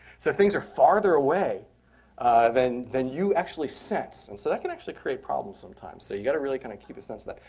so things are farther away then then you actually sense. and so that can actually create problems so you got to really kind of keep a sense of that.